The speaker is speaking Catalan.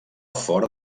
fora